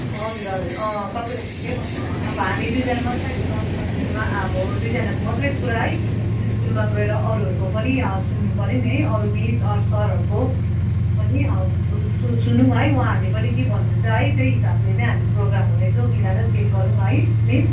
हजुर हजुर हजुर अँ तपाईँले ठिकै भन्नुभयो अब हामी दुईजना मात्रै अहिले बात मा अब दुईजनाको मात्रै कुरा है स्कुलमा गएर अरूहरूको पनि सुन्नुपर्यो नि है अरू मिस अरू सरहरूको पनि सु सुनौँ है उहाँहरूले के भन्नुहुन्छ है त्यही हिसाबले नै हामी प्रोग्रामहरू यसो मिलाएर सेट गरौँ न है मिस